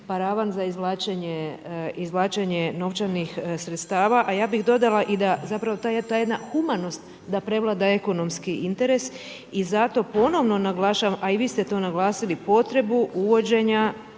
paravan za izvlačenje novčanih sredstava a ja bih dodala i da zapravo ta jedna humanost da prevlada ekonomski interes. I zato ponovno naglašavam, a i vi ste to naglasili, potrebu uvođenja